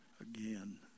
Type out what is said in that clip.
again